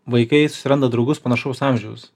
vaikai susiranda draugus panašaus amžiaus